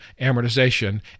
amortization